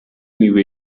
میوه